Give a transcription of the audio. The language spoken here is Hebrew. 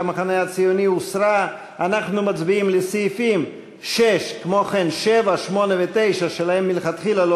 ההסתייגות (18) של קבוצת סיעת יש עתיד לסעיף 6 לא נתקבלה.